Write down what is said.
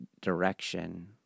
direction